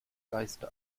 geiste